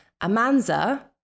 Amanza